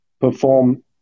perform